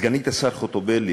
סגנית השר חוטובלי,